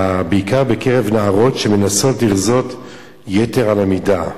בעיקר בקרב נערות שמנסות לרזות יתר על המידה.